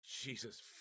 Jesus